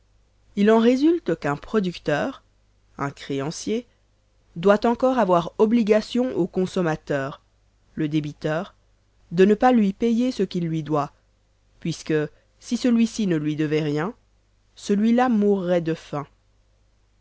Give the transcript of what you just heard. il en résulte qu'un producteur un créancier doit encore avoir obligation au consommateur le débiteur de ne pas lui payer ce qu'il lui doit puisque si celui-ci ne lui devait rien celui-là mourrait de faim